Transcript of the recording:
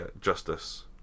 justice